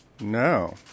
No